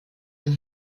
ein